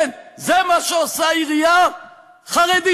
כן, זה מה שעושה עירייה חרדית: